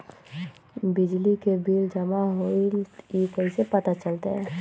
बिजली के बिल जमा होईल ई कैसे पता चलतै?